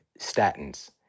statins